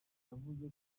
yavuze